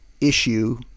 issue